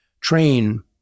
train